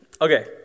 okay